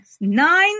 nine